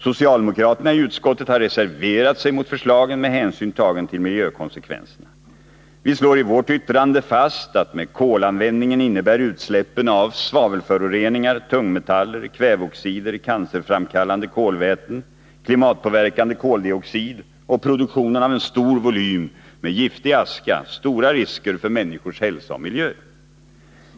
Socialdemokraterna i utskottet har reserverat sig mot förslaget med hänsyn tagen till miljökonsekvenserna. Vi slår i vårt yttrande fast att med kolanvändning innebär utsläppen av svavelföroreningar, tungmetaller, kväveoxider, cancerframkallande kolväten, klimatpåverkande koldioxider och produktionen av en stor volym av giftig aska stora risker för människors hälsa och miljö.